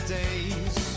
days